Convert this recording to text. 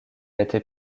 été